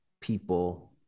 people